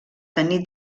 tenir